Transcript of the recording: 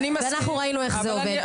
ואנחנו ראינו איך זה עובד.